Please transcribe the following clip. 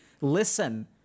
listen